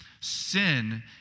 Sin